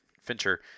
fincher